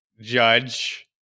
judge